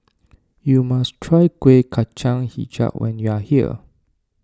you must try Kueh Kacang HiJau when you are here